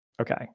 okay